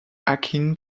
akin